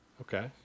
Okay